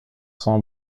sont